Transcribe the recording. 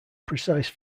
precise